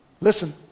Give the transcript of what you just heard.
Listen